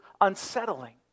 unsettling